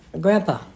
Grandpa